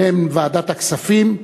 והן ועדת הכספים,